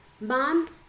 Mom